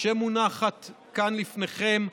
שמונחת כאן לפניכם,